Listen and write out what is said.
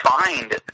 find